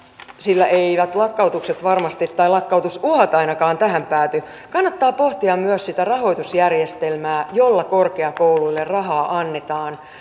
sillä eivät lakkautukset tai ainakaan lakkautusuhat varmasti tähän pääty pohtia myös sitä rahoitusjärjestelmää jolla korkeakouluille rahaa annetaan